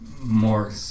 more